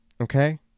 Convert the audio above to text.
Okay